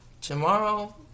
Tomorrow